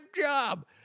job